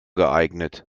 geeignet